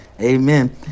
Amen